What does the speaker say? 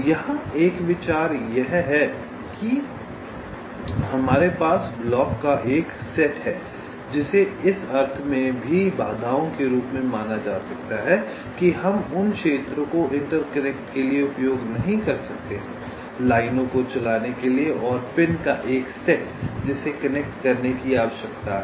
यहां यह विचार है कि हमारे पास ब्लॉक का एक सेट है जिसे इस अर्थ में भी बाधाओं के रूप में माना जा सकता है कि हम उन क्षेत्रों को इंटरकनेक्ट के लिए उपयोग नहीं कर सकते हैं लाइनों को चलाने के लिए और पिन का एक सेट जिसे कनेक्ट करने की आवश्यकता है